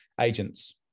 agents